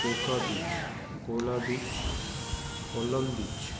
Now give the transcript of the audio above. Coca beach Cola beach Colomb beach